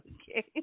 Okay